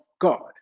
God